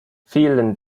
vielen